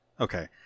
Okay